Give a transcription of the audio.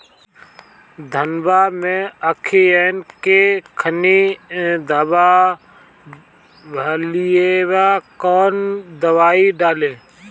धनवा मै अखियन के खानि धबा भयीलबा कौन दवाई डाले?